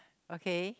okay